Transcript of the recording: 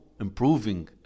improving